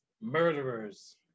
murderers